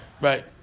Right